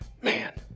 Man